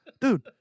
Dude